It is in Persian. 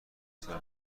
سال